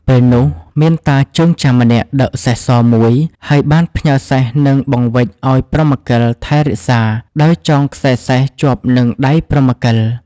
ពេលនោះ មានតាជើងចាស់ម្នាក់ដឹកសេះសមួយ ហើយបានផ្ញើសេះនិងបង្វេចឱ្យព្រហ្មកិលថែរក្សា ដោយចងខ្សែសេះជាប់នឹងដៃព្រហ្មកិល ។